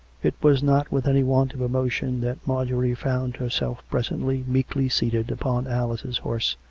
it was not with any want of emotion that marjorie found herself presently meekly seated upon alice's horse,